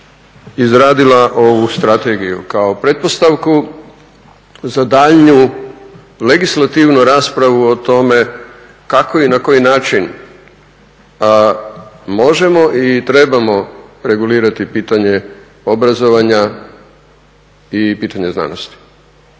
izradila ovu Strategiju kao pretpostavku za daljnju legislativnu raspravu o tome kako i na koji način možemo i trebamo regulirati pitanje obrazovanja i pitanje znanosti.